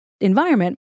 environment